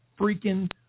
freaking